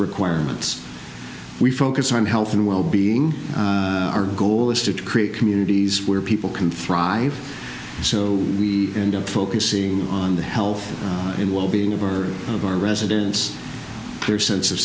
requirements we focus on health and well being our goal is to create communities where people can thrive so we end up focusing on the health and wellbeing of our of our residents their sense of